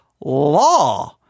law